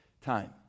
time